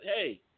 hey